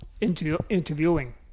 interviewing